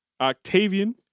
Octavian